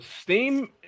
Steam